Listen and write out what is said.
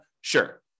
Sure